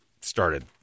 started